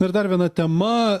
ir dar viena tema